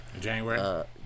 January